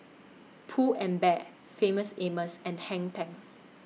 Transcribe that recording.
Pull and Bear Famous Amos and Hang ten